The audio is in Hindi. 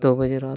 दो बजे रात